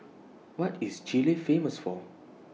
What IS Chile Famous For